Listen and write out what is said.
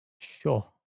sure